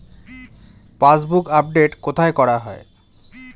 Passbook update কোথায় করা হয়?